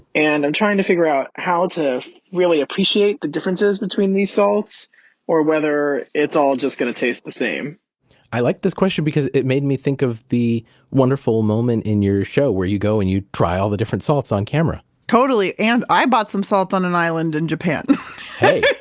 and i'm trying to figure out how to really appreciate the differences between these salts or whether it's all just going to taste the same i like this question because it made me think of the wonderful moment in your show where you go and you try all the different salts on camera totally. and i bought some salt on an island in japan hey